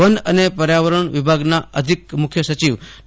one અને પર્યાવરણ વિભાગના અધિક મુખ્ય સચિવ ડૉ